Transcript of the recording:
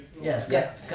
Yes